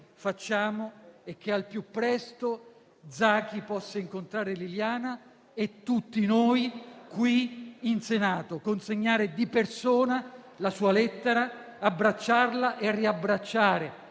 facciamo è che al più presto Zaki possa incontrare Liliana e tutti noi qui in Senato, consegnare di persona la sua lettera, abbracciarla e riabbracciare,